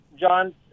John